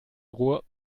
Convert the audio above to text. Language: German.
ruhr